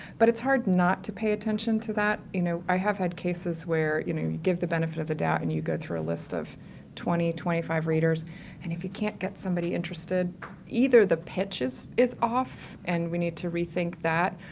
but it's hard not to pay attention to that, you know, i have had cases where, you know, you give the benefit of the doubt and you go through a list of twenty, twenty five readers and if you can't get somebody interested either the pitch is-is off and we need to rethink that,